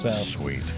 sweet